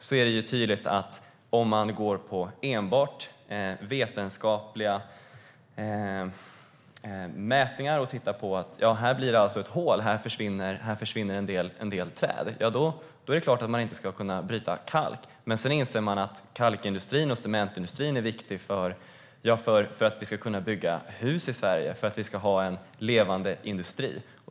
Om man enbart går på vetenskapliga mätningar och tittar på att det försvinner en del träd så att det blir ett hål är det klart att man inte ska kunna bryta kalk. Men sedan inser man att kalkindustrin och cementindustrin är viktiga för att vi ska kunna bygga hus i Sverige och ha en levande industri.